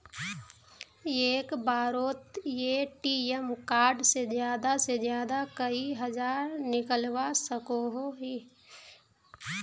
एक बारोत ATM card से ज्यादा से ज्यादा कई हजार निकलवा सकोहो ही?